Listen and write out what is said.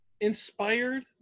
inspired